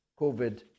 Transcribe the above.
COVID